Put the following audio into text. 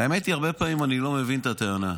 האמת היא שהרבה פעמים אני לא מבין את הטענה.